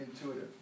intuitive